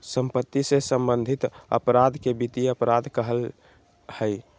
सम्पत्ति से सम्बन्धित अपराध के वित्तीय अपराध कहइ हइ